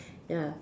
ya